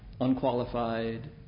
unqualified